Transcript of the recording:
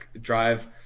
drive